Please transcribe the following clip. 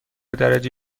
درجه